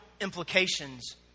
implications